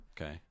Okay